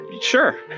Sure